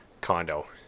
condo